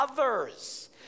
others